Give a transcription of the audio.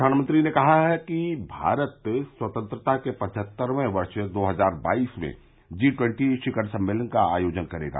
प्रधानमंत्री नरेंद्र मोदी ने कहा है कि भारत स्वतंत्रता के पवहत्तरवें वर्ष दो हजार बाईस में जी ट्वेन्टी शिखर सम्मेलन का आयोजन करेगा